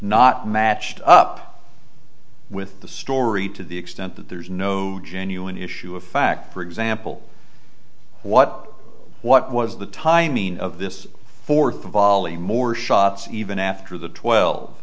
not matched up with the story to the extent that there's no genuine issue of fact for example what what was the timing of this fourth of volley more shots even after the twelve